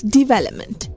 development